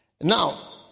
Now